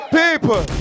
people